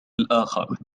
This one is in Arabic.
الآخر